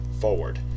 forward